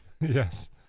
Yes